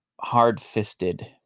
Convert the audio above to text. hard-fisted